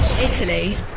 Italy